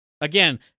Again